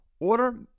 Order